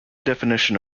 definition